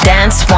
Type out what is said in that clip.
Dance